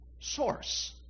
source